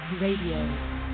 Radio